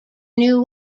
new